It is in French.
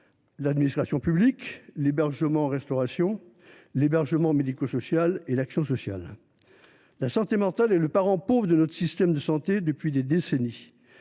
l’administration publique, la filière de l’hébergement et de la restauration, l’hébergement médico social et l’action sociale. La santé mentale est le parent pauvre de notre système de santé. Depuis des décennies,